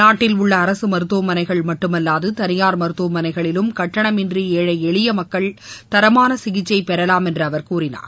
நாட்டில் உள்ள அரசு மருத்துவமனைகள் மட்டுமல்வாது தனியார் மருத்துவமனைகளிலும் கட்டணமின்றி ஏழை எளிய மக்கள் தரமான சிகிச்சை பெறலாம் என்று அவர் கூறினார்